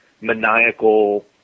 maniacal